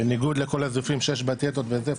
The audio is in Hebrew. בניגוד לכל הזיופים שיש בדיאטות וזה,